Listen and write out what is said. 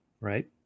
right